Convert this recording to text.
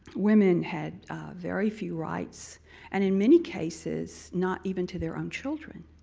women had very few rights and in many cases, not even to their own children.